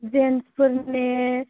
जेन्सफोरनि